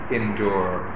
endure